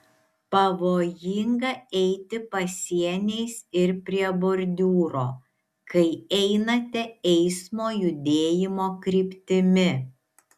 pavojinga eiti pasieniais ir prie bordiūro kai einate eismo judėjimo kryptimi